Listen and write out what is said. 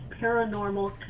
Paranormal